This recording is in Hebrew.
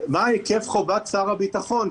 מה היקף חובת שר הביטחון.